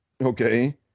Okay